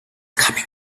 coming